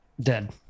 dead